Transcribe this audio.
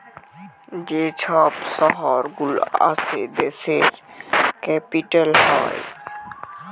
যে ছব শহর গুলা আসে দ্যাশের ক্যাপিটাল হ্যয়